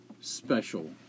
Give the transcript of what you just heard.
special